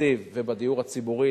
בתקציב ובדיור הציבורי.